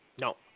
No